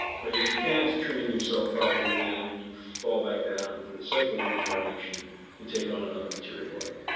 but if you can't train yourself properly, then you fall back down through the cycle of reincarnation and take on another material body.